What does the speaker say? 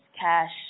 cash